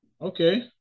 Okay